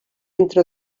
entre